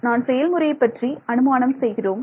நான் செயல்முறையை பற்றி அனுமானம் செய்கிறோம்